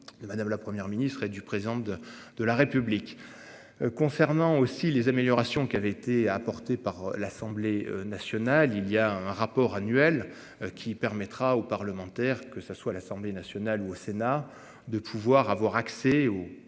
madame, la Première ministre et du président de de la République. Concernant aussi les améliorations qui avait été apportée par l'Assemblée nationale il y a un rapport annuel qui permettra aux parlementaires, que ça soit l'Assemblée nationale ou au Sénat, de pouvoir avoir accès aux